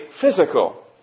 physical